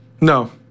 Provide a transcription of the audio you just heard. No